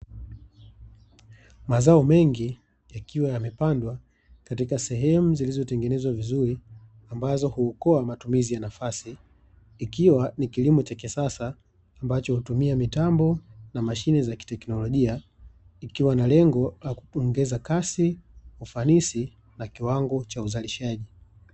Mazao mengi yakiwa yamepandwa katika sehemu zilizotengenezwa vizuri, ambazo huokoa matumizi ya nafasi, ikiwa ni kilimo cha kisasa ambacho hutumia mitambo na mashine za kiteknolojia; ikiwa na lengo la kuongeza kasi, ufanisi na kiwango cha uzalishaji.